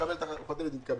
לקבל חותמת התקבל.